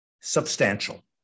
substantial